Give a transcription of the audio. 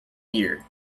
year